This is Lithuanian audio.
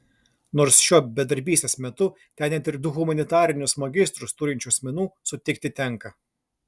nors šiuo bedarbystės metu ten net ir du humanitarinius magistrus turinčių asmenų sutikti tenka